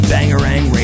Bangarang